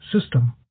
system